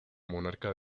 monarca